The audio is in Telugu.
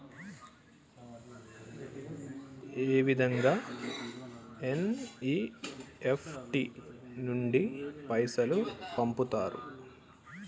ఏ విధంగా ఎన్.ఇ.ఎఫ్.టి నుండి పైసలు పంపుతరు?